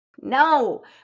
no